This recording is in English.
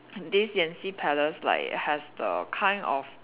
this Yanxi palace like has the kind of